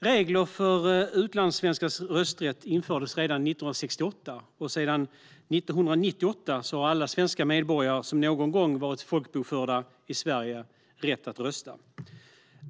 Regler för utlandssvenskars rösträtt infördes redan 1968. Sedan 1998 har alla svenska medborgare som någon gång varit folkbokförda i Sverige rätt att rösta.